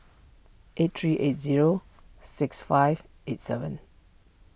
eight three eight zero six five eight seven